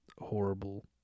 horrible